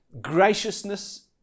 graciousness